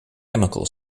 chemical